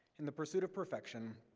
in the pursuit of perfection,